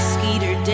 Skeeter